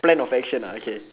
plan of action ah okay